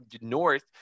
North